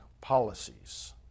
policies